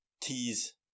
Tease